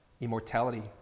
immortality